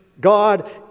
God